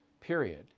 period